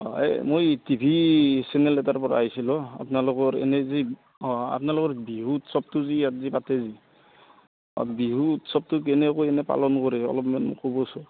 অঁ এই মই টি ভি চেনেল এটাৰপৰা আহিছিলোঁ আপোনালোকৰ এনেই যে অঁ আপোনালোকৰ বিহু উৎসৱটো যে ইয়াত যে পাতে অঁ বিহু উৎসৱটো কেনেকৈ এনে পালন কৰে অলপমান ক'বচোন